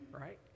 right